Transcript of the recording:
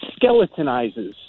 skeletonizes